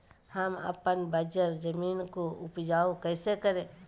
हम अपन बंजर जमीन को उपजाउ कैसे करे?